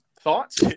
thoughts